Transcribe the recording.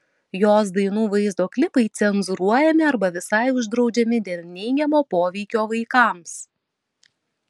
jos dainų vaizdo klipai cenzūruojami arba visai uždraudžiami dėl neigiamo poveikio vaikams